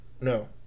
no